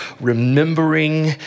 remembering